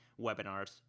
webinars